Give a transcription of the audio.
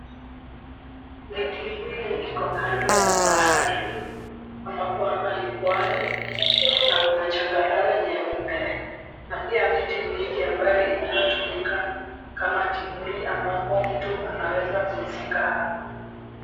Miti hii iko kando ya bahari ambapo hapa ni pwani na kuna changarawe nyeupe na pia miti mingi ambayo inayotumika kama kivuli ambapo mtu anaweza pumzika hapo.